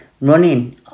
running